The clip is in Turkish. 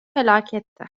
felaketti